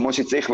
כמו שצריך,